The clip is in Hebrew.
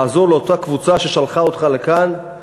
לעזור לאותה קבוצה ששלחה אותך לכאן,